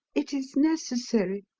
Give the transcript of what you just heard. it is necessary.